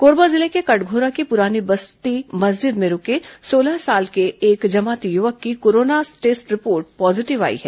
कोरबा जिले के कटघोरा की पुरानी बस्ती मस्जिद में रूके सोलह साल के एक जमाती युवक की कोरोना टेस्ट रिपोर्ट पॉजीटिव आई है